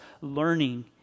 learning